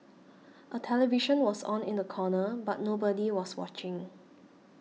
a television was on in the corner but nobody was watching